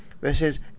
versus